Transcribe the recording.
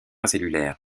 cellulaire